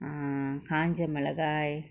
ah காஞ்ச மிளகாய்:kaanja milakai